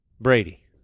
Brady